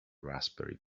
raspberry